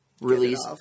release